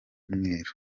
umweru